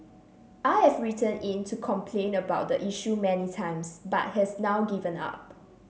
I've written in to complain about the issue many times but has now given up